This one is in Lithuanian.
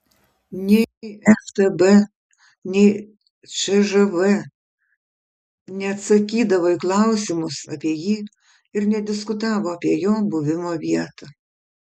nei ftb nei cžv neatsakydavo į klausimus apie jį ir nediskutavo apie jo buvimo vietą